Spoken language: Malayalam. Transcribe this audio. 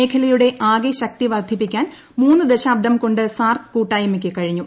മേഖലയുടെ ആകെ ശക്തിവർദ്ധിപ്പിക്കാൻ മൂന്ന് ദശാബ്ദംകൊണ്ട് സാർക്ക് കൂട്ടായ്മയ്ക്ക് കഴിഞ്ഞു